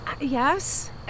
Yes